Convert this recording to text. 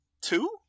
two